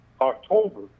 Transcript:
October